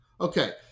Okay